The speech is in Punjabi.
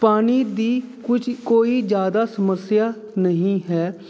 ਪਾਣੀ ਦੀ ਕੁਝ ਕੋਈ ਜ਼ਿਆਦਾ ਸਮੱਸਿਆ ਨਹੀਂ ਹੈ